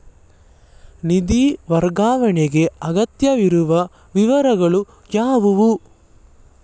ನಿಧಿ ವರ್ಗಾವಣೆಗೆ ಅಗತ್ಯವಿರುವ ವಿವರಗಳು ಯಾವುವು?